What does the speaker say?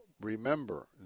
remember